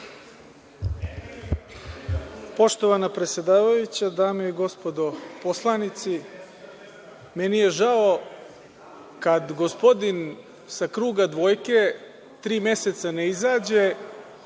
Poštovana predsedavajuća, dame i gospodo narodni poslanici, meni je žao kad gospodin sa kruga dvojke tri meseca ne izađe,